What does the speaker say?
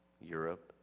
Europe